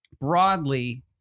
broadly